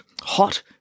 hot